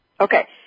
Okay